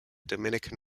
dominican